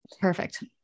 Perfect